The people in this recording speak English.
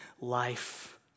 life